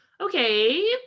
okay